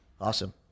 Awesome